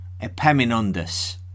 Epaminondas